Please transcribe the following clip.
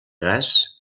gas